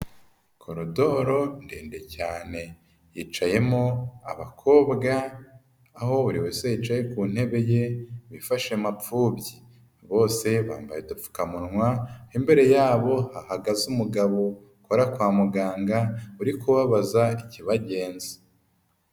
Korodoro ndende cyane, yicayemo abakobwa aho buriwe se yicaye ku ntebe ye bifashe mapfubyi bose bambaye udupfukamunwa, aho imbere yabo hahagaze umugabo ukora kwa muganga uri kubabaza ikibagenza.